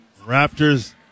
Raptors